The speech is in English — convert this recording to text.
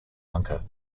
lanka